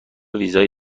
ویزای